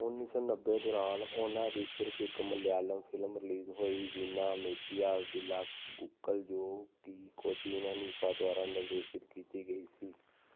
ਉਨੀ ਸੋ ਨੱਬੇ ਦੌਰਾਨ ਉਨ੍ਹਾਂ ਦੀ ਸਿਰਫ਼ ਇੱਕ ਮਲਿਆਲਮ ਫਿਲਮ ਰਿਲੀਜ਼ ਹੋਈ ਵੀਨਾ ਮੇਤੀਆ ਵਿਲਾਂਗੁਕਲ ਜੋ ਕਿ ਕੋਚੀਨ ਹਨੀਫਾ ਦੁਆਰਾ ਨਿਰਦੇਸ਼ਿਤ ਕੀਤੀ ਗਈ ਸੀ